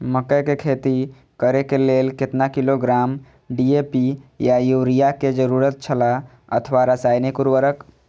मकैय के खेती करे के लेल केतना किलोग्राम डी.ए.पी या युरिया के जरूरत छला अथवा रसायनिक उर्वरक?